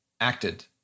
acted